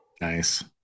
Nice